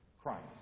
Christ